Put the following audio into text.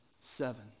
seven